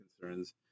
concerns